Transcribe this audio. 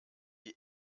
die